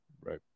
Right